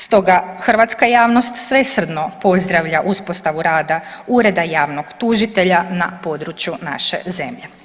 Stoga hrvatska javnost svesrdno pozdravlja uspostavu rada Ureda javnog tužitelja na području naše zemlje.